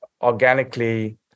organically